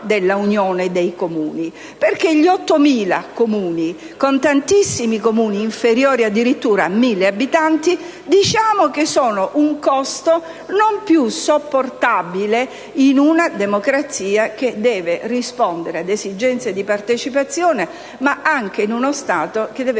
delle unioni dei Comuni, perché gli 8.000 Comuni, di cui tantissimi inferiori addirittura ai 1.000 abitanti, rappresentano un costo non più sopportabile in una democrazia che deve rispondere ad esigenze di partecipazione, ma anche in uno Stato che deve